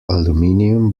aluminium